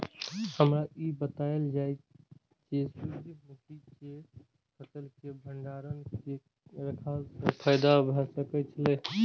हमरा ई बतायल जाए जे सूर्य मुखी केय फसल केय भंडारण केय के रखला सं फायदा भ सकेय छल?